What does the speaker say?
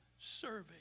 serving